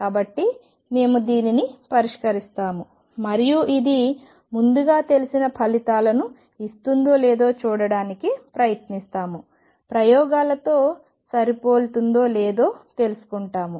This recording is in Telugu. కాబట్టి మేము దీనిని పరిష్కరిస్తాము మరియు ఇది ముందుగా తెలిసిన ఫలితాలను ఇస్తుందో లేదో చూడటానికి ప్రయత్నిస్తాము ప్రయోగాలతో సరిపోలుతుందో లేదో తెలుసుకుంటాము